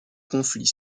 conflits